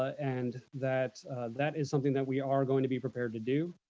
and that that is something that we are going to be prepared to do,